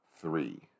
Three